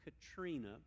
Katrina